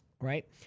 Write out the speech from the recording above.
right